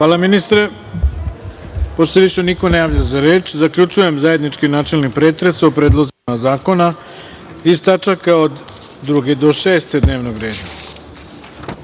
Hvala, ministre. Pošto se više niko ne javlja za reč, zaključujem zajednički načelni pretres o predlozima zakona iz tačka od 2. do 6. dnevnog